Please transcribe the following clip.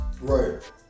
Right